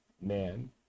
man